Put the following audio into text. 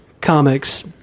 comics